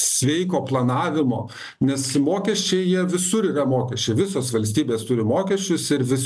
sveiko planavimo nes mokesčiai jie visur yra mokesčių visos valstybės turi mokesčius ir visur